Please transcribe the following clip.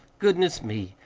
goodness me!